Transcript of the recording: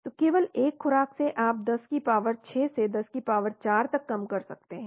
तो केवल एक खुराक से आप 10 की पावर 6 से 10 की पावर 4 तक कम कर सकते हैं